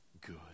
good